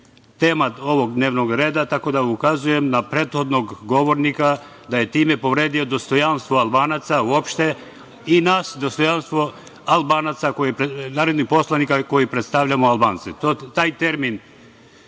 tema ovog dnevnog reda, tako da ukazujem na prethodnog govornika, da je time povredio dostojanstvo Albanaca uopšte, i nas, narodnih poslanika koji predstavljamo Albance. Taj termin